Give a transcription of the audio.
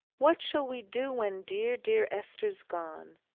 what shall we do when dear, dear esther's gone!